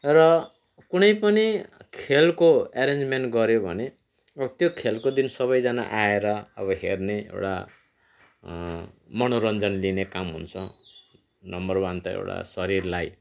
र कुनै पनि खेेलको एरेन्जमेन्ट गर्यो भने त्यो खेलको दिन सबैजना आएर अब हेर्ने एउटा मनोरञ्जन लिने काम हुन्छ नम्बर वान त एउटा शरीरलाई